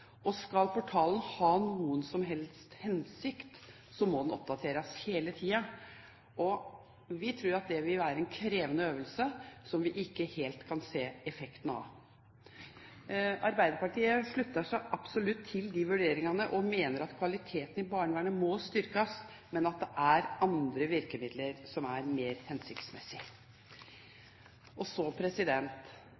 Skal portalen ha noen som helst hensikt, må den oppdateres hele tida. Vi tror det vil være en krevende øvelse, som vi ikke helt kan se effekten av. Arbeiderpartiet slutter seg absolutt til de vurderingene, og mener at kvaliteten i barnevernet må styrkes, men at det er andre virkemidler som er mer hensiktsmessig.